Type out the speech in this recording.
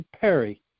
Perry